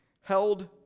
held